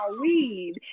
weed